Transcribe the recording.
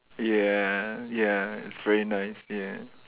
ya ya it's very nice ya